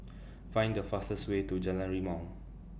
Find The fastest Way to Jalan Rimau